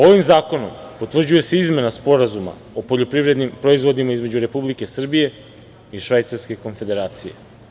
Ovim zakonom potvrđuje se izmena Sporazuma o poljoprivrednim proizvodima između Republike Srbije i Švajcarske Konfederacije.